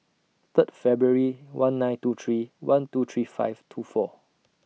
Third February one nine two three one two three five two four